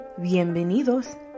bienvenidos